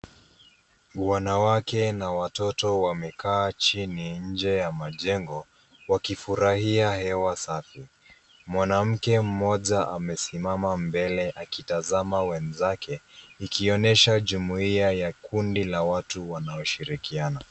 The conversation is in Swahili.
Wanawake na watoto wamekaa chini nje ya majengo, wakifurahia hewa safi. Mwanamke mmoja amesimama mbele akitazama wenzake, ikionyesha jumuiya ya kundi la watu wanaoshirikiana.